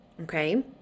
okay